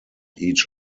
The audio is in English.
each